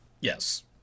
Yes